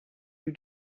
you